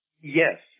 Yes